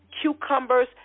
cucumbers